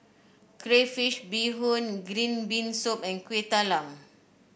Crayfish Beehoon Green Bean Soup and Kuih Talam